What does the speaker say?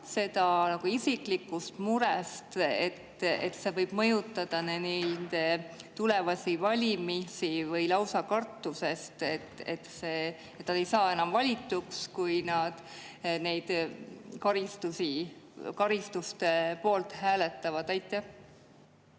seda nagu isiklikust murest, et see võib mõjutada tulevasi valimisi, või lausa kartusest, et neid ei valita enam, kui nad karistuste poolt hääletavad? Aitäh,